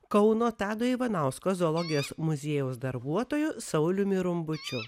kauno tado ivanausko zoologijos muziejaus darbuotoju sauliumi rumbučiu